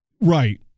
Right